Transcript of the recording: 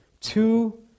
two